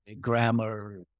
grammar